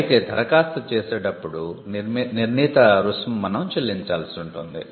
అయితే ధరఖాస్తు చేసేటప్పుడు నిర్ణీత రుసుము మనం చెల్లించాల్సి ఉంటుంది